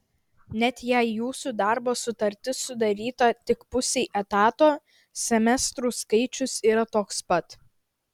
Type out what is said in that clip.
net jei jūsų darbo sutartis sudaryta tik pusei etato semestrų skaičius yra toks pat